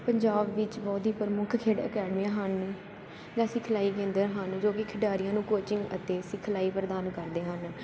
ਪੰਜਾਬ ਵਿੱਚ ਬਹੁਤ ਹੀ ਪ੍ਰਮੁੱਖ ਖੇਡ ਅਕੈਡਮੀਆਂ ਹਨ ਜਾਂ ਸਿਖਲਾਈ ਕੇਂਦਰ ਹਨ ਜੋ ਕਿ ਖਿਡਾਰੀਆਂ ਨੂੰ ਕੋਚਿੰਗ ਅਤੇ ਸਿਖਲਾਈ ਪ੍ਰਦਾਨ ਕਰਦੇ ਹਨ